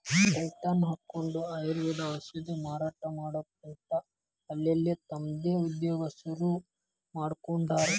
tent ಹಕ್ಕೊಂಡ್ ಆಯುರ್ವೇದ ಔಷಧ ಮಾರಾಟಾ ಮಾಡ್ಕೊತ ಅಲ್ಲಲ್ಲೇ ತಮ್ದ ಉದ್ಯೋಗಾ ಶುರುರುಮಾಡ್ಕೊಂಡಾರ್